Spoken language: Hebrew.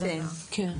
כן.